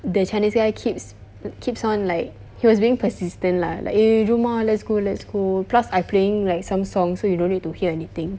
the chinese guy keeps keeps on like he was being persistent lah like eh jom ah let's go let's go plus I playing like some songs so you don't need to hear anything